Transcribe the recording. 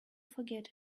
forget